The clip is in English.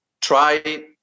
try